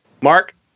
Mark